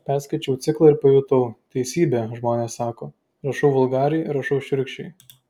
perskaičiau ciklą ir pajutau teisybę žmonės sako rašau vulgariai rašau šiurkščiai